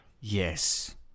Yes